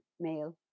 male